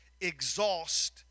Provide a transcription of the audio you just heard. exhaust